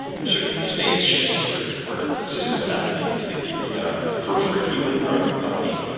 there are sort of these phase shifts where where systems have to be completely redone. but for for you, in growing the company,